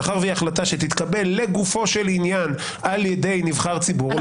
מאחר שהיא החלטה שתתקבל לגופו של עניין על ידי נבחר ציבור,